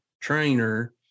trainer